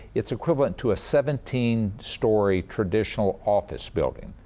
it's equivalent to a seventeen story traditional office building.